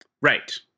Right